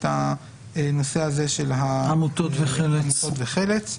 את הנושא של עמותות וחל"צ.